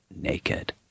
naked